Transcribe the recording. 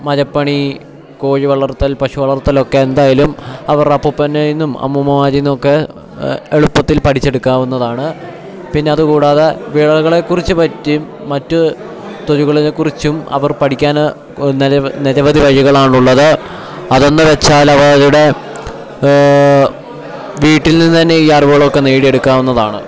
മരപ്പണി കോഴി വളർത്തൽ പശു വളർത്തലൊക്കെ എന്തായാലും അവരുടെ അപ്പൂപ്പൻ്റെയിൽനിന്നും അമ്മൂമ്മമാരിൽനിന്നൊക്കെ എളുപ്പത്തിൽ പഠിച്ചെടുക്കാവുന്നതാണ് പിന്നെ അതുകൂടാതെ വിളകളെക്കുറിച്ച് പറ്റിയും മറ്റ് തൊഴിലുകളിനെക്കുറിച്ചും അവർ പഠിക്കാൻ നിരവധി വഴികളാണുള്ളത് അതെന്ന് വെച്ചാൽ അവരുടെ വീട്ടിൽ നിന്ന് തന്നെ ഈ അറിവുകളൊക്കെ നേടിയെടുക്കാവുന്നതാണ്